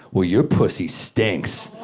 well, your stinks.